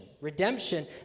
Redemption